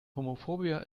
homophobia